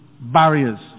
barriers